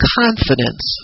confidence